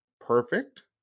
perfect